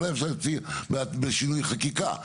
אולי אפשר בשינוי חקיקה.